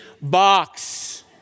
box